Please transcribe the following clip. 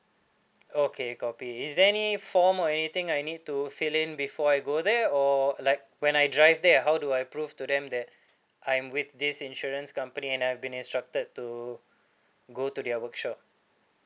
okay copy is there any form or anything I need to fill in before I go there or like when I drive there how do I prove to them that I'm with this insurance company and I have been instructed to go to their workshop